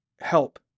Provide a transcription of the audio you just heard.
help